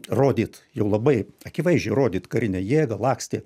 rodyt jau labai akivaizdžiai rodyt karinę jėgą lakstė